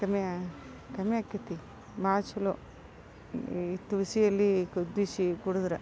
ಕಮ್ಮಿ ಆ ಕಮ್ಮಿ ಆಕ್ಕತಿ ಭಾಳ ಛಲೋ ಈ ತುಳಸಿ ಎಲೆ ಕುದಿಸಿ ಕುಡಿದ್ರೆ